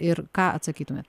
ir ką atsakytumėt